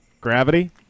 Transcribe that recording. Gravity